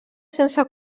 sense